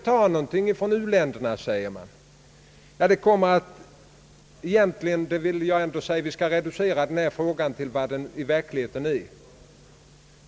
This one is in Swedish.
Jag tycker att vi skall reducera denna fråga till dess rätta proportioner.